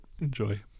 Enjoy